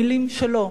מלים שלו.